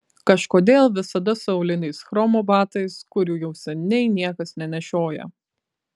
kažkodėl visada su auliniais chromo batais kurių jau seniai niekas nenešioja